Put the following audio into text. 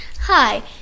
Hi